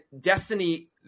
Destiny